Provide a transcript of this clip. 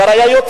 אפשר היה יותר,